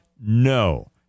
No